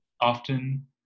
often